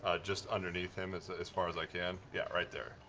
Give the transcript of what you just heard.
ah just underneath him, as as far as i can? yeah, right there.